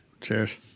Cheers